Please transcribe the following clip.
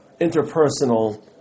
interpersonal